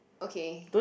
okay